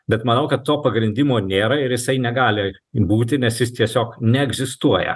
bet manau kad to pagrindimo nėra ir jisai negali būti nes jis tiesiog neegzistuoja